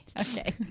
Okay